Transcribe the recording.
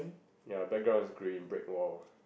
ya background is green brick wall